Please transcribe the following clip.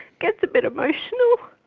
gets a bit emotional.